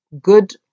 good